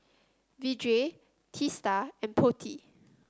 Vedre Teesta and Potti